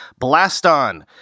Blaston